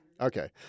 Okay